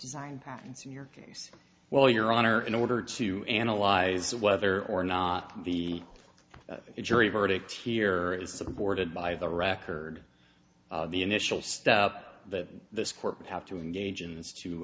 design patents in your case well your honor in order to analyze whether or not the jury verdict here is supported by the record the initial step that this court would have to engage in t